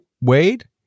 Wade